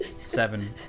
seven